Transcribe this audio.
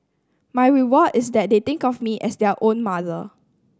my reward is that they think of me as their own mother